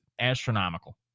astronomical